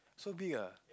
so big ah